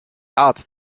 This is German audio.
art